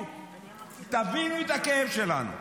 תבינו את הכאב שלנו.